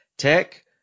tech